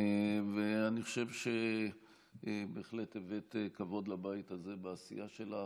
אני חושב שבהחלט הבאת כבוד לבית הזה בעשייה שלך,